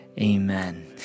amen